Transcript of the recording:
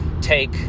take